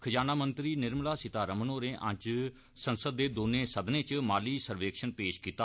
खजाना मंत्री निर्मला सितारमण होरें अज्ज संसद दे दौने सदने च माली सर्वेक्षण पेश कीता